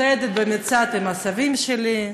צועדת במצעד עם הסבים שלי.